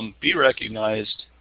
um be recognized